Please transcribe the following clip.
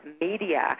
media